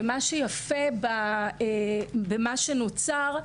מה שיפה במה שנוצר,